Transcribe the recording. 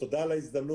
תודה על ההזדמנות.